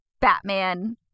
batman